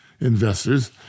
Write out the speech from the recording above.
investors